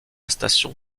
station